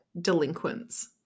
delinquents